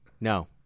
No